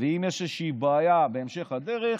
ואם יש איזו בעיה בהמשך הדרך,